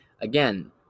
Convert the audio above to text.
Again